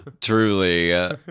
Truly